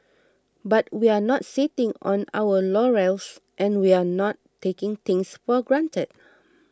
but we're not sitting on our laurels and we're not taking things for granted